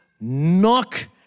Knock